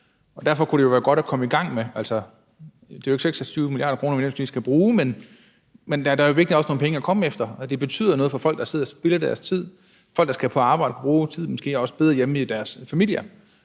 Og derfor kunne det jo være godt at komme i gang med det. Det er jo ikke 26 mia. kr., som vi nødvendigvis skal bruge, men der er jo virkelig også nogle penge at komme efter. Og det betyder noget for folk, der sidder og spilder deres tid – folk, der skal på arbejde og bruge tiden dér, og måske også folk,